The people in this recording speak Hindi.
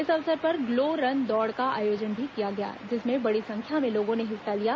इस अवसर पर ग्लो रन दौड़ का आयोजन भी किया गया जिसमें बड़ी संख्या में लोगों ने हिस्सा लिया